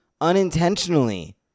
unintentionally